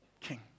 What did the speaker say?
king